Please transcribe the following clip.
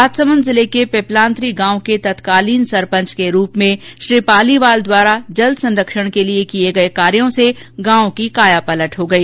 राजसमंद जिले के पिपलांत्री गांव के तत्कालीन सरपंच के रूप में श्री पालीवाल द्वारा जल संरक्षण के लिये किये गये कार्यों से गांव की काया पलट हो गई